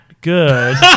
good